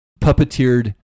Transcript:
puppeteered